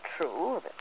true